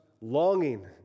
longing